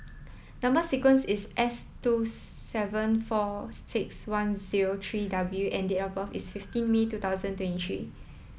number sequence is S two seven four six one zero three W and date of birth is fifteen May two thousand twenty three